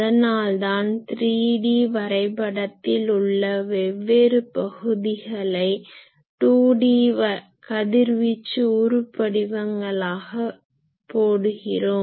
அதனால் தான் 3D வரைபடத்தில் உள்ள வெவ்வேறு பகுதிகளை 2D கதிர்வீச்சு உருபடிவங்களாக போடுகிறோம்